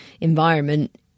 environment